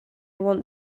want